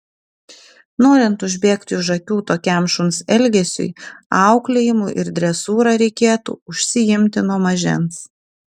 norint užbėgti už akių tokiam šuns elgesiui auklėjimu ir dresūra reikėtų užsiimti nuo mažens